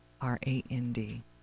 R-A-N-D